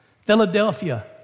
Philadelphia